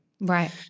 Right